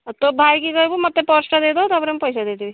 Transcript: ହଉ ତୋ ଭାଇକି କହିବୁ ମୋତେ ପର୍ସ୍ଟା ଦେଇଦେବ ତା'ପରେ ମୁଁ ପଇସା ଦେଇଦେବି